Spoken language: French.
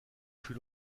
fut